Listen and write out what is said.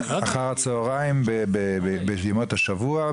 אחה"צ בימות השבוע,